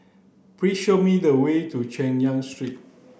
please show me the way to Chay Yan Street